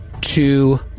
two